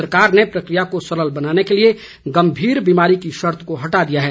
सरकार ने प्रक्रिया को सरल बनाने के लिए गम्भीर बीमारी की शर्त को हटा दिया है